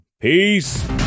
peace